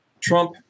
Trump